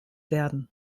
werden